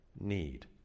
need